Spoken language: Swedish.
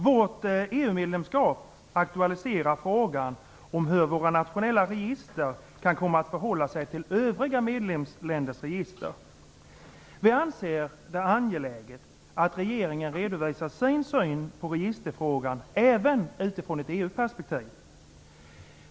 Vårt EU medlemskap aktualiserar frågan om hur våra nationella register kan komma att förhålla sig till övriga medlemsländers register. Vi anser det angeläget att regeringen redovisar sin syn på registerfrågan även utifrån ett EU-perspektiv.